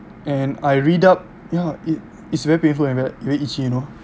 and I read up ya it it's very painful and very itchy you know